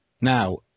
Now